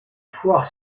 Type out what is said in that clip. foire